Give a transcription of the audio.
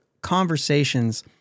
conversations